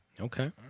Okay